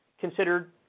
considered